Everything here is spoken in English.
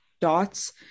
dots